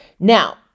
Now